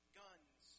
guns